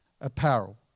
apparel